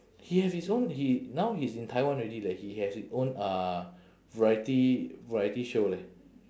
he have his own he now he's in taiwan already leh he has his own uh variety variety show leh